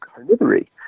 carnivory